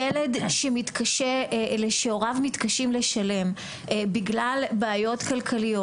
ילד שהוריו מתקשים לשלם בגלל בעיות כלכליות,